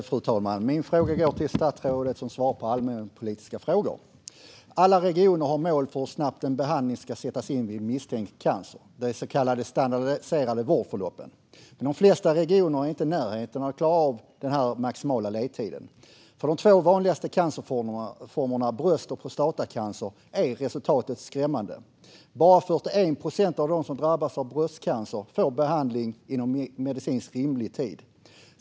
Fru talman! Min fråga går till det statsråd som svarar på allmänpolitiska frågor. Alla regioner har mål för hur snabbt en behandling ska sättas in vid misstänkt cancer, de så kallade standardiserade vårdförloppen. Men de flesta regioner är inte i närheten av att klara av den maximala ledtiden. För de två vanligaste cancerformerna bröstcancer och prostatacancer är resultatet skrämmande. Bara 41 procent av dem som drabbas av bröstcancer får behandling inom medicinskt rimlig tid.